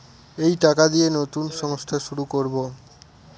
এই টাকা দিয়ে নতুন সংস্থা শুরু করবো